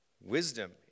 wisdom